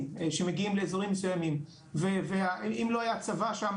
שמגיעים לאזורים מסוימים ואם לא היה צבא שם,